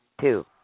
Two